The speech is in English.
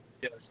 Yes